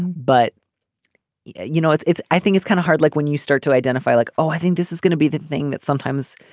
but yeah you know it's it's i think it's kind of hard like when you start to identify like oh i think this is gonna be the thing that sometimes